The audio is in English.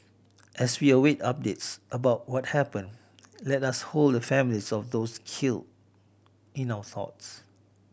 as we await updates about what happened let us hold the families of those killed in our thoughts